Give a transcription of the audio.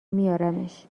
میارمش